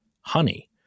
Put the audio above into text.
honey